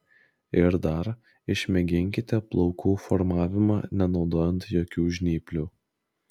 ir dar išmėginkite plaukų formavimą nenaudojant jokių žnyplių